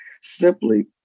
simply